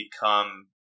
become